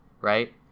right